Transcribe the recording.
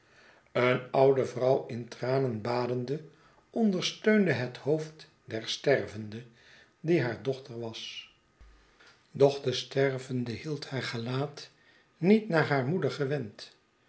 een oude vrouw in tranen badende ondersteunde het hoofd der stervende die haar dochter was doch de stervende hield haar gelaat niet naar haar moeder gewend